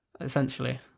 essentially